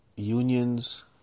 Unions